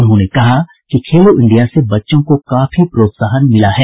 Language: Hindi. उन्होंने कहा कि खेलो इंडिया से बच्चों को काफी प्रोत्साहन मिला है